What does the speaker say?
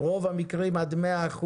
רוב המקרים עד 100%,